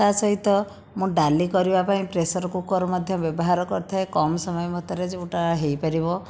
ତା ସହିତ ମୁଁ ଡାଲି କରିବା ପାଇଁ ପ୍ରେସରକୁକରର ମଧ୍ୟ ବ୍ୟବହାର କରିଥାଏ କମ ସମୟ ମଧ୍ୟରେ ଯେଉଁଟା ହୋଇପାରିବ